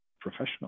professional